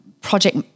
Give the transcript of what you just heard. project